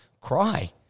cry